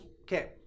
Okay